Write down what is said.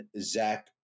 Zach